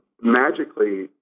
magically